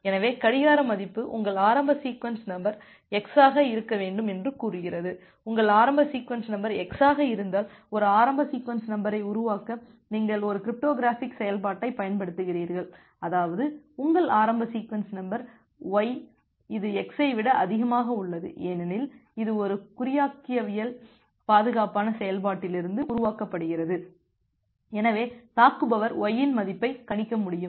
எனவே கடிகார மதிப்பு உங்கள் ஆரம்ப சீக்வென்ஸ் நம்பர் x ஆக இருக்க வேண்டும் என்று கூறுகிறது உங்கள் ஆரம்ப சீக்வென்ஸ் நம்பர் x ஆக இருந்தால் ஒரு ஆரம்ப சீக்வென்ஸ் நம்பரை உருவாக்க நீங்கள் ஒரு கிரிப்டோகிராஃபிக் செயல்பாட்டைப் பயன்படுத்துகிறீர்கள் அதாவது உங்கள் ஆரம்ப சீக்வென்ஸ் நம்பர் y இது x ஐ விட அதிகமாக உள்ளது ஏனெனில் இது ஒரு குறியாக்கவியல் பாதுகாப்பான செயல்பாட்டிலிருந்து உருவாக்கப்படுகிறது எனவே தாக்குபவர் y இன் மதிப்பை கணிக்க முடியாது